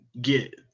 get